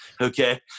Okay